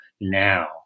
now